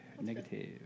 Negative